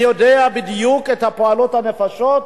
אני יודע בדיוק איך פועלות הנפשות,